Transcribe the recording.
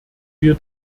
wir